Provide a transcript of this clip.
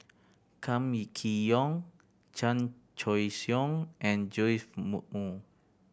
Kam Kee Yong Chan Choy Siong and Joash Moo